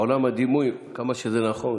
עולם הדימויים, כמה שזה נכון.